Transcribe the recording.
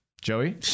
Joey